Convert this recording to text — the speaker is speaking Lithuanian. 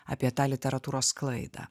apie tą literatūros sklaidą